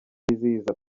yizihiza